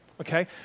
okay